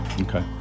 Okay